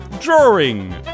drawing